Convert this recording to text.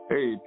Hey